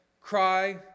cry